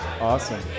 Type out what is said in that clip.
Awesome